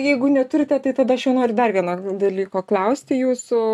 jeigu neturite tai tada aš jau noriu dar vieno dalyko klausti jūsų